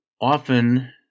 often